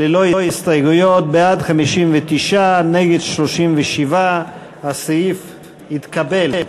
ללא הסתייגויות: בעד, 59, נגד, 37. הסעיף התקבל.